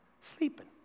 sleeping